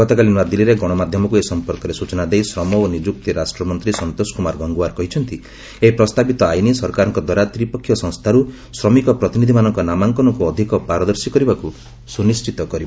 ଗତକାଲି ନ୍ତଆଦିଲ୍ଲୀରେ ଗଣମାଧ୍ୟମକ୍ତ ଏ ସମ୍ପର୍କରେ ସ୍ବଚନା ଦେଇ ଶ୍ରମ ଓ ନିଯୁକ୍ତି ରାଷ୍ଟ୍ରମନ୍ତ୍ରୀ ସନ୍ତୋଷ କ୍ରମାର ଗଙ୍ଗୱାର କହିଛନ୍ତି ଏହି ପ୍ରସ୍ତାବିତ ଆଇନ ସରକାରଙ୍କଦ୍ୱାରା ତ୍ରିପକ୍ଷୀୟ ସଂସ୍ଥାରୁ ଶ୍ରମିକ ପ୍ରତିନିଧିମାନଙ୍କ ନାମାଙ୍କନକୁ ଅଧିକ ପାରଦର୍ଶୀ କରିବାକୁ ସୁନିଶ୍ଚିତ କରିବ